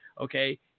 Okay